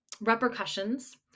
repercussions